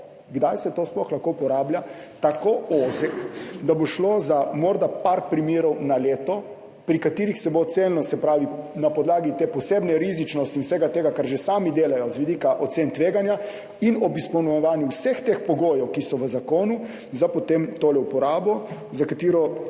kdaj se to sploh lahko uporablja, tako ozek, da bo šlo za morda par primerov na leto, pri katerih se bo potem ocenilo na podlagi te posebne rizičnosti in vsega tega, kar že sami delajo, z vidika ocen tveganja, in ob izpolnjevanju vseh teh pogojev, ki so v zakonu, za tole uporabo. Še